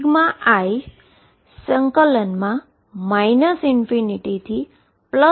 જે Σi ∞dxnx ∞dx થશે